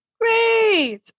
Great